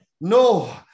No